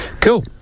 Cool